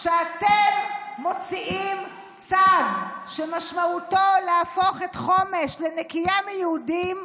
כשאתם מוציאים צו שמשמעותו להפוך את חומש לנקייה מיהודים,